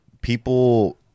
People